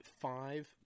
five